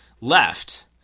left